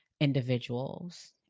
individuals